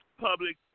public